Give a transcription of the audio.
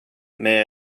may